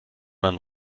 man